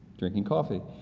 drinking coffee.